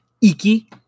Iki